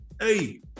hey